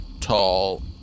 tall